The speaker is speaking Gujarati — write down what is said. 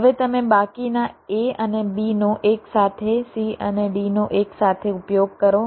હવે તમે બાકીના a અને b નો એકસાથે c અને d નો એકસાથે ઉપયોગ કરો